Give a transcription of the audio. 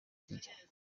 kijya